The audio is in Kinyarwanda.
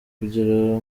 kugera